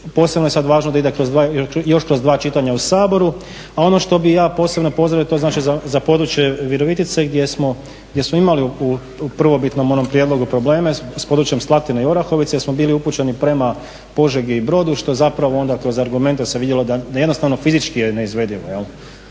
posebno je sad važno da ide još kroz dva čitanja u Saboru. A ono što bih ja posebno pozdravio to je znači za područje Virovitice gdje smo imali u prvobitnom onom prijedlogu probleme s područjem Slatine i Orahovice jer smo bili upućeni prema Požegi i Brodu što zapravo onda kroz argumente se vidjelo da jednostavno fizički je neizvedivo.